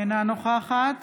אינה נוכחת